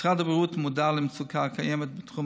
משרד הבריאות מודע למצוקה הקיימת בתחום